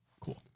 cool